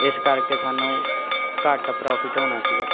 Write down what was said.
ਇਸ ਕਰਕੇ ਸਾਨੂੰ ਘੱਟ ਪ੍ਰੋਫਿਟ ਹੋਣਾ ਸੀਗਾ